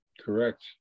Correct